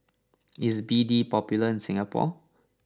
is B D popular in Singapore